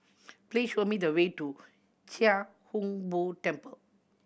please show me the way to Chia Hung Boo Temple